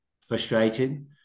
frustrating